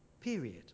Period